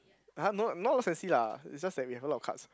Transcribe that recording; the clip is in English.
[huh] no not lah is just that we have a lot of cards